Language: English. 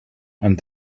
and